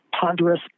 ponderous